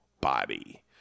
Body